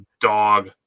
dog